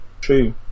true